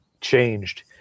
changed